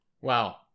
Wow